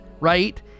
right